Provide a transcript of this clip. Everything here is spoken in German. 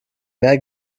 mehr